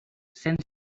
sense